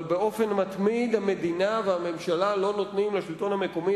אבל באופן מתמיד המדינה והממשלה לא נותנות לשלטון המקומי